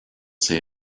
say